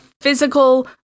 physical